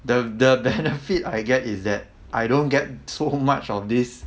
the the benefit I get is that I don't get so much of this